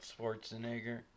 Schwarzenegger